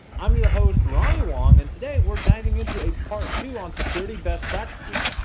i'm your host, ronnie wong, and today we're banging into a part two on security best practices.